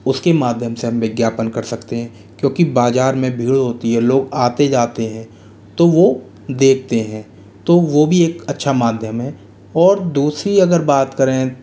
उसके माध्यम से हम विज्ञापन कर सकते हैं क्योंकि बाज़ार में भीड़ होती है लोग आते जाते हैं तो वह देखते हैं तो वह भी एक अच्छा माध्यम है और दूसरी अगर बात करें